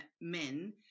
men